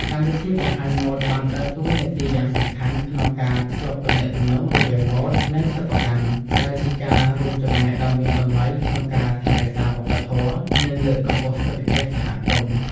កម្មវិធីបង្ហាញម៉ូដបានដើរតួនាទីយ៉ាងសំខាន់ក្នុងការភ្ជាប់ទំនាក់ទំនងរវាងម៉ូដ និងសិប្បកម្ម ដែលជាការរួមចំណែកដ៏មានតម្លៃក្នុងការថែរក្សាវប្បធម៌ និងលើកកម្ពស់សេដ្ឋកិច្ចសហគមន៍។